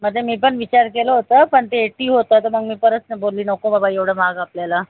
मध्ये मी पण विचार केलं होतं पण ते एटी होतं तर मग मी परत ना बोलली नको बाबा एवढं महाग आपल्याला